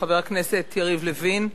חבר הכנסת יריב לוין,